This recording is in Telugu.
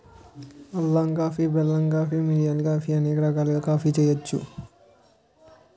అల్లం కాఫీ బెల్లం కాఫీ మిరియాల కాఫీ అనేక రకాలుగా కాఫీ చేయొచ్చు